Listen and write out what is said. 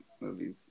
movies